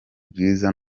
bwiza